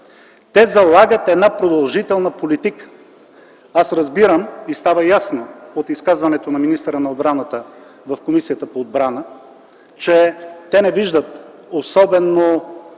Те залагат една продължителна политика. Аз разбирам и стана ясно от изказването на министъра на отбраната в Комисията по външна политика и отбрана, че те не виждат особено